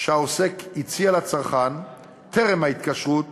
שהעוסק הציע לצרכן טרם ההתקשרות